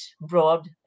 broad